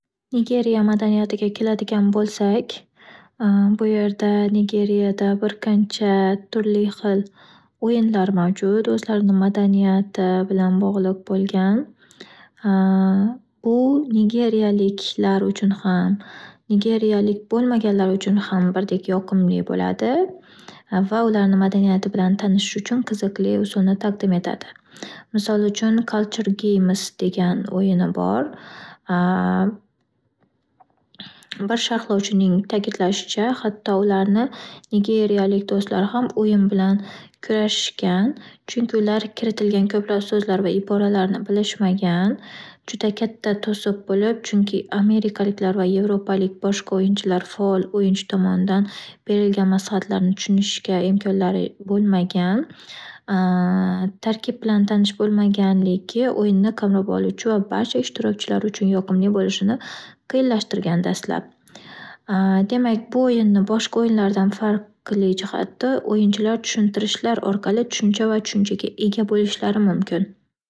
Nigeriya madaniyatiga keladigan bo’lsak, bu yerda nigeriyada bir qancha turli xil o’yinlar mavjud o'zlarini madaniyati bilan bog’liq bo’lgan. U nigeriyaliklar uchun ham nigeriyalik bo’lmaganlar uchun ham birdek yoqimli bo’ladi va ularni madaniyati bilan tanishish uchun qiziqli usulni taqdim etadi. Misol uchun Culture games degan o’yini bor. Bir sharxlovchining takidlashicha xatto ularni nigeriyalik do’stlari ham o’yin bilan kurashishgan, chunku ular kiritilgan so’zlar va iboralarni bilishmagan. Juda katta to’siq bo'lib, chunki amerikalik va yevropalik boshqa o’yinchilar faol oyinchi tomonidan berilgan maslahatlarni tushunishga imkonlari bo’lmagan. Tarkib bilan tanish bilan bo’lmaganligi o'yinni qamrab oluvchi va barcha ishtirokchilar uchun yoqimli bo’lishini qiyinlashtirgan, dastlab. Demak bu oyinni boshqa oyinlardan farqli jihati, o’yinchilar tushuntirishlar orqali tushuncha va tushunchaga ega bo’lishlari mumkun.